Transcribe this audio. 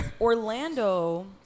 Orlando